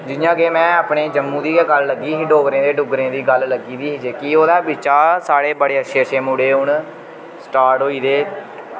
जि'यां के में अपने जम्मू दी गै गल्ल लग्गी ही डोगरें ते डुग्गरे दी गल्ल लग्गी दी ही जेह्की ओह्दे बिच्चा साढ़े बड़े अच्छे अच्छे मुड़े हून स्टार्ट होई गेदे